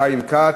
חיים כץ.